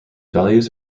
values